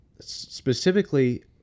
Specifically